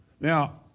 Now